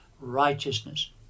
righteousness